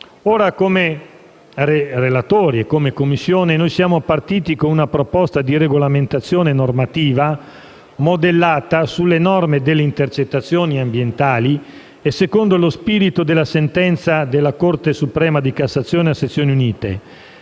Noi relatori e la Commissione siamo partiti con una proposta di regolamentazione normativa modellata sulle norme delle intercettazioni ambientali e secondo lo spirito della sentenza della Corte suprema di cassazione a sezioni unite,